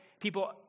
people